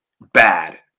bad